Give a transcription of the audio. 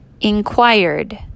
inquired